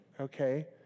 okay